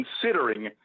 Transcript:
considering